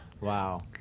Wow